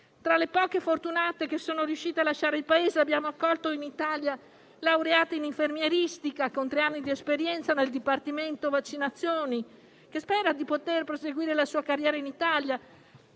Tra le poche fortunate che sono riuscite a lasciare il Paese abbiamo accolto in Italia: laureata in infermieristica con tre anni di esperienza nel dipartimento vaccinazioni, che spera di poter proseguire la sua carriera in Italia;